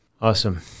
Awesome